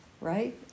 right